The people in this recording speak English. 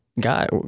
God